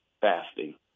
fasting